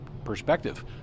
perspective